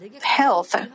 health